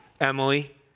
Emily